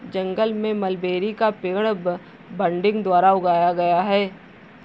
जंगल में मलबेरी का पेड़ बडिंग द्वारा उगाया गया है